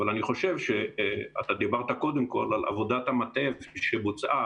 אתה דיברת קודם כול על עבודת המטה שבוצעה